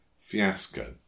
fiasco